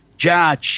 judge